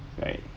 right